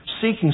seeking